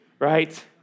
right